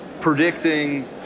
predicting